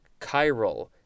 chiral